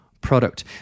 product